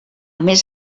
més